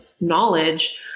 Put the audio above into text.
knowledge